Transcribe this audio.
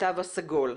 התו הסגול.